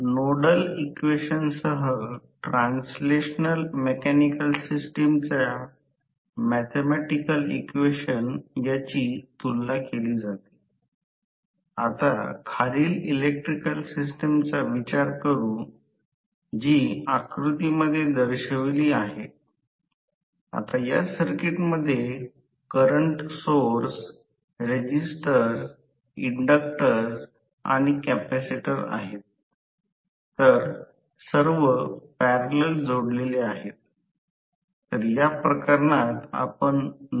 तर आता हवेच्या अंतराच्या टॉर्क आणि उर्जा आउटपुट तर प्रत्यक्षात आपण हवेच्या अंतराच्या पलिकडे का पहातो ज्याला स्टेटर आहे नंतर स्टेटर आणि रोटर च्या मध्ये रोटर असेल तर अंतर आहे आणि शक्ती प्रत्यक्षात इनपुट शक्ती आहे जर रोटर चा विचार केला तर स्टेटर ला पण तीच इनपुट शक्ती आहे स्टेटर लॉस ती शक्ती वास्तविकपणे हवेच्या अंतरातून हस्तांतरित केली जाईल जिथे ते चुंबकीय क्षेत्र आहे